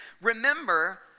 Remember